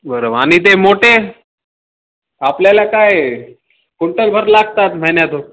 बरं आणि ते मोठे आपल्याला काय कुंटलभर लागतात महिन्यातून